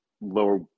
lower